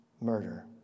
murder